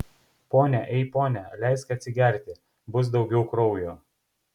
pone ei pone leisk atsigerti bus daugiau kraujo